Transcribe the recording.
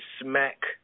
Smack